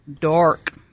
dark